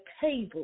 table